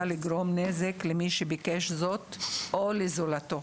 לגרום נזק למי שביקש זאת או לזולתו.